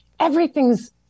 Everything's